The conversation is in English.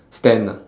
stand ah